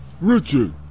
Richard